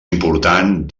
important